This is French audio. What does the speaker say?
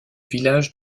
village